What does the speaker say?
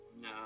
No